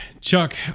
Chuck